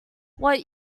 what